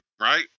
right